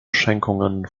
schenkungen